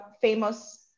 famous